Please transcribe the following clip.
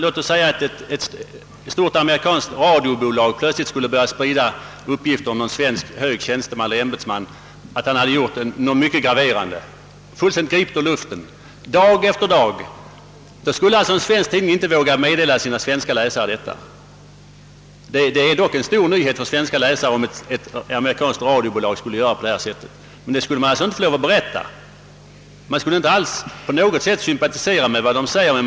Låt oss säga att ett stort amerikanskt radiobolag plötsligt skulle börja att dag efter dag sprida uppgifter, fullständigt gripna ur luften, om att en hög svensk ämbetsman hade gjort något mycket graverande. Då skulle alltså en svensk tidning inte våga meddela sina svenska läsare den stora nyheten att ett ameriskanskt radiobolag gjorde på detta sätt utan att själv på något vis sympatisera med vad som sagts.